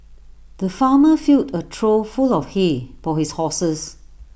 the farmer filled A trough full of hay for his horses